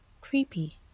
creepy